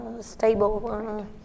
stable